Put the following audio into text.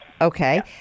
Okay